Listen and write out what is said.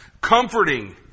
comforting